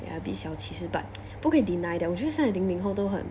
ya a bit 小其实 but 不可以 deny that 我觉得现在零零后都很